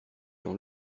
dans